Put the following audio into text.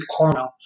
caramel